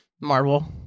Marvel